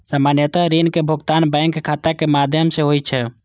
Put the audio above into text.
सामान्यतः ऋण के भुगतान बैंक खाता के माध्यम सं होइ छै